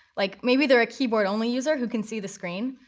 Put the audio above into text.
like maybe they're a keyboard-only user who can see the screen,